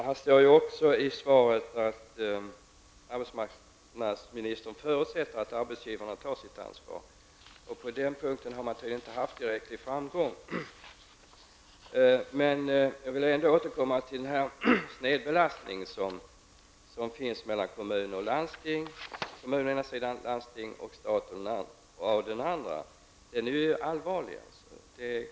Fru talman! Det står även i svaret att arbetsmarknadsministern förutsätter att arbetsgivarna tar sitt ansvar. På den punkten har man tydligen inte haft tillräcklig framgång. Jag vill återkomma till den allvarliga snedbelastning som finns mellan kommuner och landsting å den ena sidan och mellan kommuner och landsting och staten å den andra sidan.